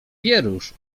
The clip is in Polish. wierusz